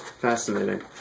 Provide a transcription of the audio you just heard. Fascinating